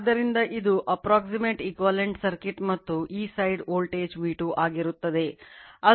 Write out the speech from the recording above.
ಆದ್ದರಿಂದ ಇದು approximate equivalent circuit ಆಗಿದೆ